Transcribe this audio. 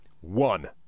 One